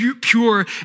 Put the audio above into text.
pure